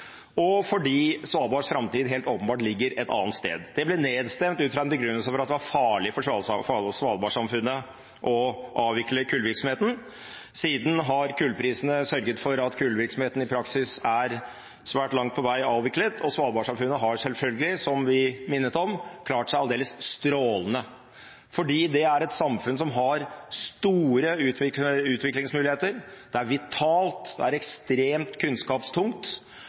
og fordi Svalbards framtid helt åpenbart ligger et annet sted. Det ble nedstemt utfra den begrunnelse at det var farlig for Svalbard-samfunnet å avvikle kullvirksomheten. Siden har kullprisene sørget for at kullvirksomheten i praksis svært langt på vei er avviklet, og Svalbard-samfunnet har selvfølgelig, som vi minnet om, klart seg aldeles strålende, fordi det er et samfunn som har store utviklingsmuligheter, det er vitalt, det er ekstremt kunnskapstungt.